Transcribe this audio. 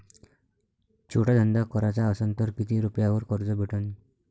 छोटा धंदा कराचा असन तर किती रुप्यावर कर्ज भेटन?